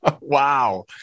Wow